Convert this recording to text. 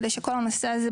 כדי שכל הנושא הזה,